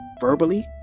verbally